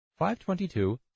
522